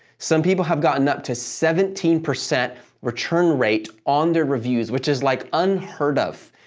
some people have gotten up to seventeen percent return rate on their reviews, which is like unheard of,